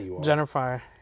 Jennifer